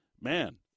man